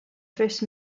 first